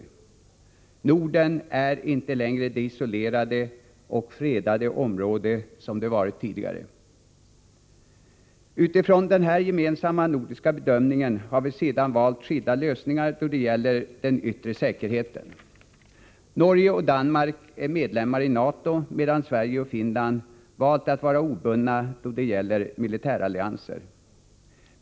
Norden är inte längre det isolerade och fredade område som det varit tidigare. Utifrån denna gemensamma nordiska bedömning har vi sedan valt skilda lösningar då det gäller den yttre säkerheten. Norge och Danmark är medlemmar i NATO, medan Sverige och Finland valt att vara obundna då det gäller militärallianser.